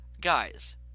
Guys